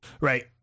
Right